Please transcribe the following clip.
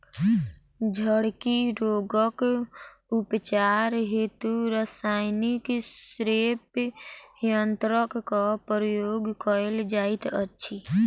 झड़की रोगक उपचार हेतु रसायनिक स्प्रे यन्त्रकक प्रयोग कयल जाइत अछि